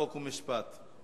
חוק ומשפט נתקבלה.